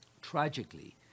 Tragically